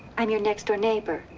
i'm your next-door neighbor.